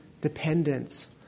dependence